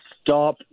stop